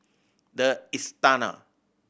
The Istana